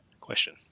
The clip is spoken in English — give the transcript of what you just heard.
question